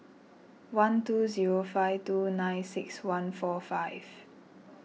one two zero five two nine six one four five